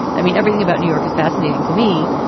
i mean, everything about new york is fascinating to me,